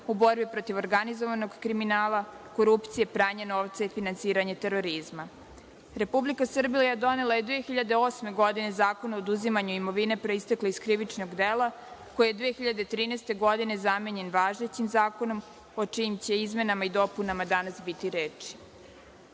u borbi protiv organizovanog kriminala, korupcije, pranja novca i finansiranja terorizma. Republika Srbija donela je 2008. godine Zakon o oduzimanju imovine proistekle iz krivičnog dela, koji je 2013. godine zamenjen važećim Zakonom, o čijim će izmenama i dopunama danas biti